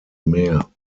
meer